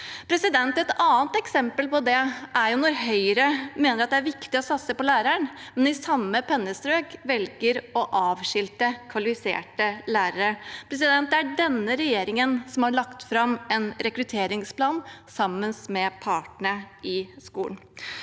Et annet eksempel på det er når Høyre mener at det er viktig å satse på læreren, men i samme pennestrøk velger å avskilte kvalifiserte lærere. Det er denne regjeringen som har lagt fram en rekrutteringsplan sammen med partene i skolen.